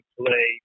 play